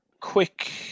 Quick